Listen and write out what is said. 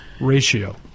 ratio